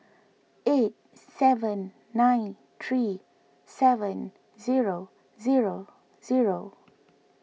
eight seven nine three seven zero zero zero